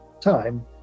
time